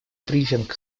брифинг